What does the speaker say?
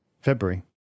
February